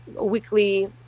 weekly